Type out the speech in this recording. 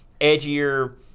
edgier